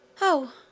Oh